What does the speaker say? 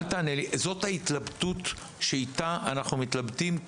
זאת ההתלבטות שבה אנחנו מתלבטים,